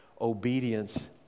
obedience